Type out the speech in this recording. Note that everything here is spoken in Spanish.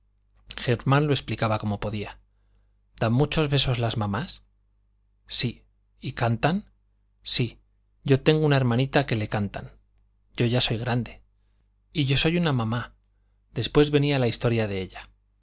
germán lo explicaba como podía dan muchos besos las mamás sí y cantan sí yo tengo una hermanita que le cantan yo ya soy grande y yo soy una mamá después venía la historia de ella